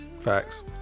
Facts